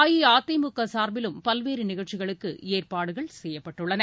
அஇஅதிமுக சா்பிலும் பல்வேறு நிகழ்ச்சிகளுக்கு ஏற்பாடுகள் செய்யப்பட்டுள்ளன